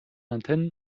antennen